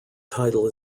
title